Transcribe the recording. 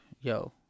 yo